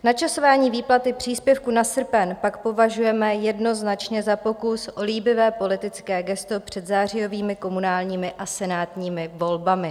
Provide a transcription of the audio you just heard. Načasování výplaty příspěvku na srpen pak považujeme jednoznačně za pokus o líbivé politické gesto před zářijovými komunálními a senátními volbami.